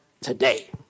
today